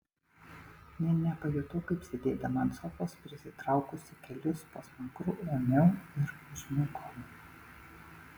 nė nepajutau kaip sėdėdama ant sofos prisitraukusi kelius po smakru ėmiau ir užmigau